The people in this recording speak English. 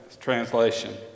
translation